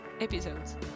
episodes